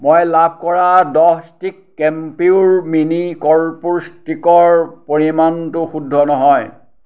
মই লাভ কৰা দহ ষ্টিক কেম্পিউৰ মিনি কৰ্পূৰ ষ্টিকৰ পৰিমাণটো শুদ্ধ নহয়